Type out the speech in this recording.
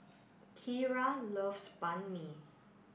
Kiera loves Banh Mi